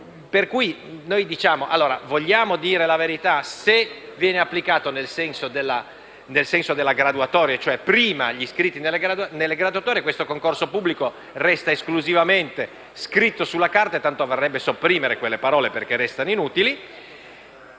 ricorso. Vogliamo dire la verità? Se la norma viene applicata nel senso della graduatoria, assumendo cioè prima gli iscritti nelle graduatorie, il concorso pubblico resta esclusivamente scritto sulla carta e tanto varrebbe sopprimere quelle parole, perché restano inutili.